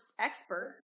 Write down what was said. expert